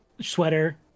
sweater